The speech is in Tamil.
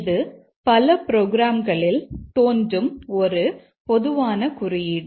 இது பல புரோகிராம்களில் தோன்றும் ஒரு பொதுவான குறியீடு